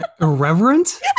Irreverent